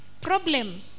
Problem